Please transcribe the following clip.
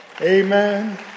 Amen